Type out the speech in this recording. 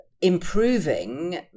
improving